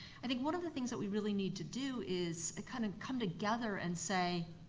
i think one of the things that we really need to do is kind of come together and say,